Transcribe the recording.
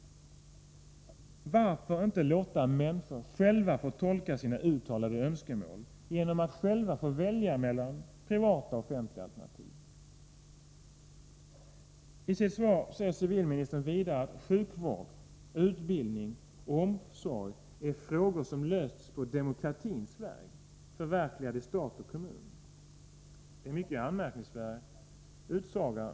I svaret säger civilministern vidare att sjukvård, utbildning och omsorg är frågor som lösts på demokratins väg, ”förverkligad i stat och kommun”. Detta är en mycket anmärkningsvärd utsaga.